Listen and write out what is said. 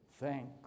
Thank